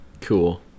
Cool